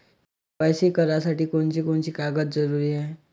KYC करासाठी कोनची कोनची कागद जरुरी हाय?